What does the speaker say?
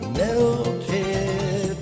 melted